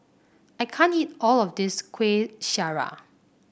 I can't eat all of this Kueh Syara